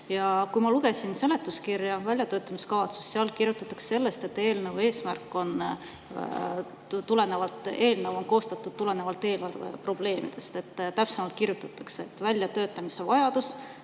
Ja kui ma lugesin seletuskirja, väljatöötamiskavatsust, siis seal kirjutatakse eelnõu eesmärgi kohta, et eelnõu on koostatud tulenevalt eelarveprobleemidest. Täpsemalt kirjutatakse, et väljatöötamise vajadus